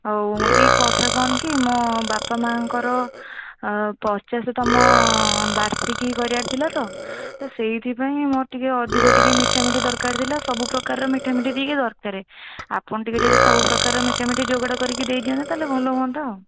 ହଉ ଏଇ କଥା କ'ଣ କି ମୋ ବାପା ମାଆଙ୍କର ପଚାଶତମ ବାର୍ଷିକି କରିବାର ଥିଲା ତ ସେଇଥିପାଇଁ ମୋର ଟିକେ ଅଧିକ ଟିକେ ମିଠାମିଠି ଦରକାର ଥିଲା ସବୁ ପ୍ରକାରର ମିଠାମିଠି ଟିକେ ଦରକାରେ ଆପଣ ଯଦି ଟିକେ ସବୁ ପ୍ରକାରର ମିଠାମିଠି ଯୋଗାଡ଼ କରିକି ଦେଇ ଦିଅନ୍ତେ ତାହେଲେ ଭଲ ହୁଅନ୍ତା ଆଉ